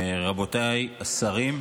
רבותיי השרים,